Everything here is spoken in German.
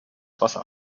wasser